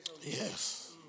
Yes